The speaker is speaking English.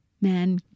man